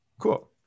cool